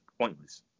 pointless